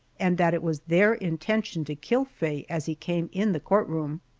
and that it was their intention to kill faye as he came in the court room.